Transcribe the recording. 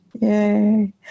Yay